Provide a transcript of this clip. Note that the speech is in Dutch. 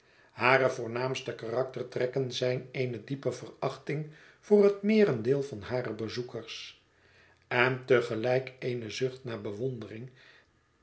hare voornaamste karaktertrekken zijn eene diepe verachting voor het meerendeel van hare bezoekers en te gelijk eene zucht naar bewondering